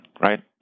Right